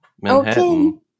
Manhattan